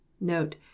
Note